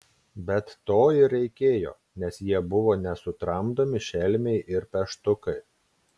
bet to ir reikėjo nes jie buvo nesutramdomi šelmiai ir peštukai